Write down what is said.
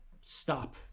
stop